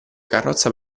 carrozza